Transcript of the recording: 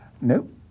Nope